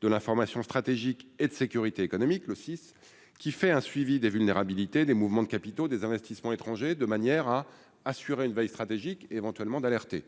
de l'information stratégique et de sécurité économique, le six qui fait un suivi des vulnérabilités des mouvements de capitaux, des investissements étrangers, de manière à assurer une veille stratégique éventuellement d'alerter,